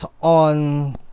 on